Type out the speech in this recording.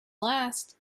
last